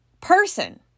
person